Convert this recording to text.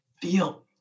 feel